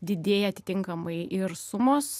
didėja atitinkamai ir sumos